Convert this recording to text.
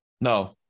No